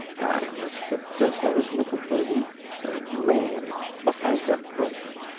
i must confess i was looking for the er man behind that brush.